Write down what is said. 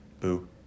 Boo